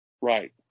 Right